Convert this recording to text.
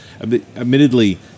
Admittedly